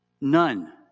None